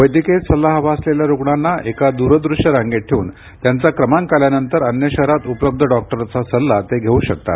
वैद्यकीय सल्ला हवा असलेल्या रुग्णांना एका दूरदृश्य रांगेत ठेवून त्यांचा क्रमांक आल्यानंतर अन्य शहरात उपलब्ध डॉक्टरचा सल्ला ते घेऊ शकतात